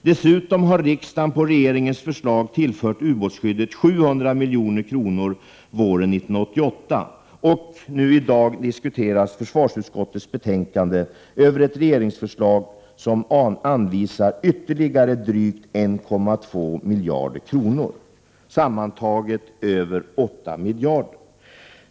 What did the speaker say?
Dessutom har riksdagen på regeringens förslag tillfört ubåtsskyddet 700 milj.kr. våren 1988. Och nu i dag diskuteras försvarsutskottets betänkande över ett regeringsförslag som anvisar ytterligare drygt 1,2 miljarder kronor. Sammantaget blir detta över 8 miljarder.